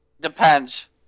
Depends